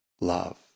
love